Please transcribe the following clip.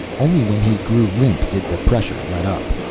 only when he grew limp did the pressure let up.